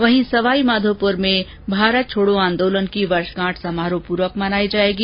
वहीं सवाईमाधोपुर में भारत छोड़ो आंदोलन की वर्षगांठ समारोहपूर्वक मनाई जायेगी